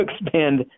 expand